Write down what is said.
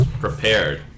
prepared